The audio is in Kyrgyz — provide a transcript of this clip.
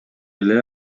эле